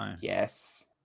Yes